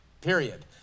period